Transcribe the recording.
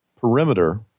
perimeter